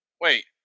Wait